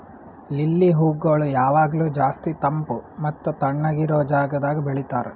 lily ಹೂಗೊಳ್ ಯಾವಾಗ್ಲೂ ಜಾಸ್ತಿ ತಂಪ್ ಮತ್ತ ತಣ್ಣಗ ಇರೋ ಜಾಗದಾಗ್ ಬೆಳಿತಾರ್